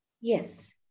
Yes